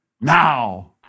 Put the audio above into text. now